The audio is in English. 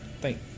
Thank